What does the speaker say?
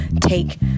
take